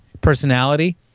personality